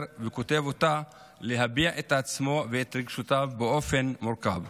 וכותב אותה להביע את עצמו ואת רגשותיו באופן מורכב.